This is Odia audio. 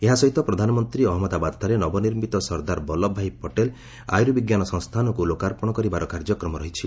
ଏହା ସହିତ ପ୍ରଧାନମନ୍ତ୍ରୀ ଅହମ୍ମଦାବାଦ୍ଠାରେ ନବନର୍ମିତ ସର୍ଦ୍ଦାର ବଲ୍ଲଭ ଭାଇ ପଟେଲ ଆର୍ୟୁବିଜ୍ଞାନ ସଂସ୍ଥାନକୁ ଲୋକାର୍ପଣ କରିବାର କାର୍ଯ୍ୟକ୍ରମ ରହିଛି